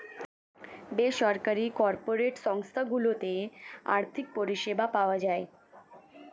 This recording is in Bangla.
বেসরকারি কর্পোরেট সংস্থা গুলোতে আর্থিক পরিষেবা পাওয়া যায়